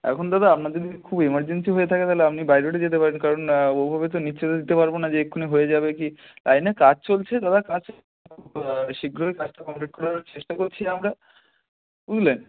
এখন দাদা আপনার যদি খুব এমার্জেন্সি হয়ে থাকে তাহলে আপনি বাই রোডে যেতে পারেন কারণ ওভাবে তো নিশ্চয়তা দিতে পারব না যে এখুনি হয়ে যাবে কি লাইনে কাজ চলছে দাদা কাজ শীঘ্রই কাজটা কমপ্লিট করার চেষ্টা করছি আমরা বুঝলেন